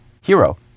hero